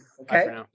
Okay